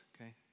okay